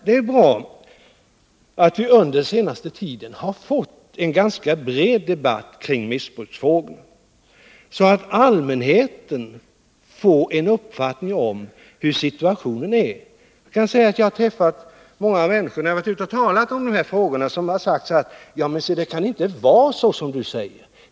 Det är bra att vi under den senaste tiden har fått en ganska bred debatt kring missbruksfrågor, så att allmänheten får en uppfattning om hurudan situationen är. När jag har varit ute i landet och talat om dessa frågor har jag träffat många människor som sagt ungefär så här: Det kan inte vara så som du säger.